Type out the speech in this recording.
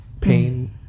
pain